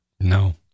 No